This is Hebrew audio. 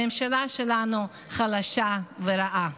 הממשלה שלנו חלשה ורעה.